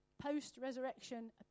post-resurrection